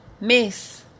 Miss